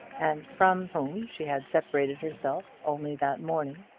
and from whom she had separated herself only that morning,